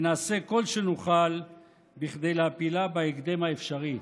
ונעשה כל שנוכל כדי להפילה בהקדם האפשרי.